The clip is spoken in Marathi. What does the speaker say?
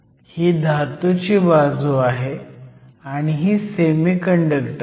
ही धातूची बाजू आहे आणि ही सेमीकंडक्टर ची